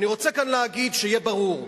אני רוצה כאן להגיד, שיהיה ברור,